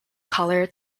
color